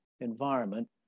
environment